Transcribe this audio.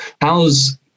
How's